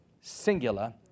singular